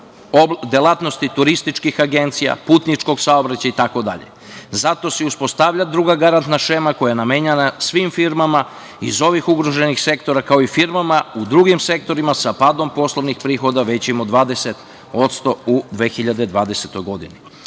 delatnosti turističkih agencija, putničkog saobraćaja itd. Zato se i uspostavlja druga garantna šema koja je namenjena svim firmama iz ovih ugroženih sektora, kao i firmama u drugim sektorima sa padom poslovnih prihoda većim od 20% u 2020. godini.